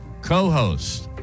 co-host